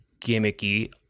gimmicky